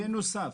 בנוסף,